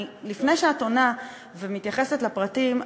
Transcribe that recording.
לפני שאת עונה ומתייחסת לפרטים,